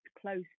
close